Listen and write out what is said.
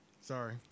sorry